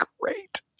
great